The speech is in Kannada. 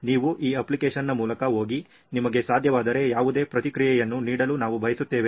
ನೀವು ಈ ಅಪ್ಲಿಕೇಶನ್ನ ಮೂಲಕ ಹೋಗಿ ನಿಮಗೆ ಸಾಧ್ಯವಾದರೆ ಯಾವುದೇ ಪ್ರತಿಕ್ರಿಯೆಯನ್ನು ನೀಡಲು ನಾವು ಬಯಸುತ್ತೇವೆ